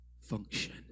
function